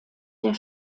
der